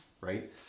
right